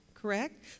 correct